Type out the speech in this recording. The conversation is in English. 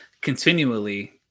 continually